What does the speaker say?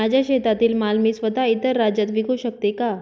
माझ्या शेतातील माल मी स्वत: इतर राज्यात विकू शकते का?